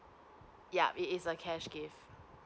yup it is a cash gift